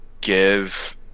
give